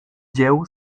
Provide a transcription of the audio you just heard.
dzieł